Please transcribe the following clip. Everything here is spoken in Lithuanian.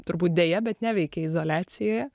turbūt deja bet neveikia izoliacijoje